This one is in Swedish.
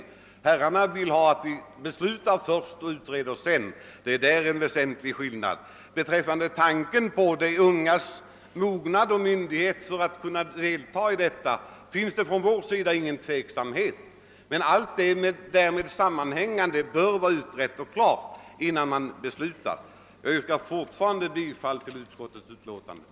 Herrarna vill göra tvärtom, och det är en väsentlig skillnad. Vad sedan gäller de ungas mognad för att utöva sin rösträtt finns det från vår sida ingen tveksamhet, men allt vad därmed sammanhänger bör vara utrett och klart innan vi beslutar. Herr talman! Jag vidhåller mitt yrkande om bifall till utskottets hemställan.